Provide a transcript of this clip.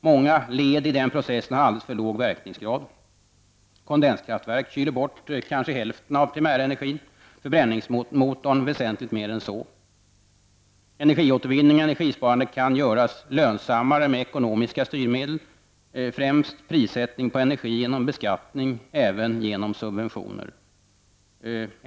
Många led i den processen har alldeles för låg verkningsgrad. Ett kondenskraftvek kyler bort kanske hälften av primärenergin, förbränningsmotorn väsentligt mer än så. Energiåtervinning och energisparande kan göras lönsammare med ekonomiska styrmedel, främst prissättning på energi genom beskattning -- och även genom subventioner.